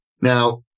Now